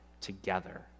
together